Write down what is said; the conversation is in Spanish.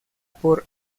por